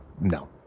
no